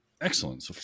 Excellent